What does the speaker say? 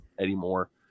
anymore